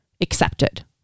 accepted